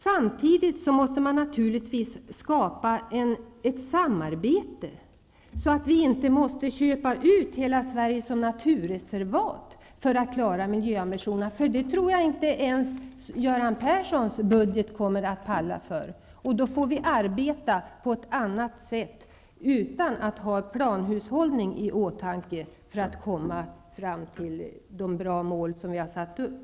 Samtidigt måste man naturligtvis skapa ett samarbete, så att vi inte måste köpa ut hela Sverige som naturreservat för att klara miljöambitionerna. Det tror jag nämligen inte att ens Göran Perssons budget kommer att ''palla för'', och då får vi arbeta på ett annat sätt utan att ha planhushållning i åtanke för att komma fram till de bra mål som vi har satt upp.